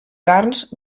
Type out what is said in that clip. carns